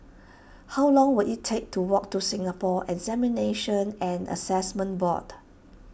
how long will it take to walk to Singapore Examinations and Assessment Board